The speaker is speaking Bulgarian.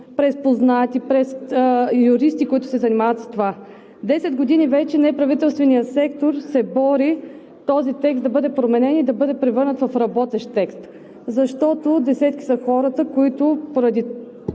през познати, през юристи, които се занимават с това. Десет години вече неправителственият сектор се бори този текст да бъде променен и да бъде превърнат в работещ текст, защото десетки са хората, които поради